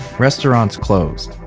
restaurants closed.